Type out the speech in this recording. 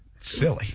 silly